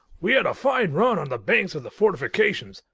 we had a fine run on the banks of the fortifications,